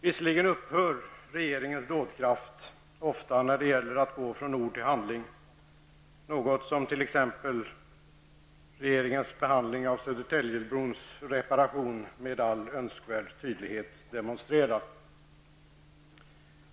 Visserligen upphör regeringens dådkraft ofta när det gäller att gå från ord till handling, något som t.ex. regeringsbehandlingen beträffande Södertäljebrons reparation med all önskvärd tydlighet demonstrerar.